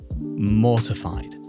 mortified